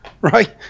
right